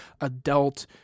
adult